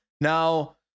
Now